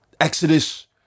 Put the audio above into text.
Exodus